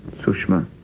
sushma!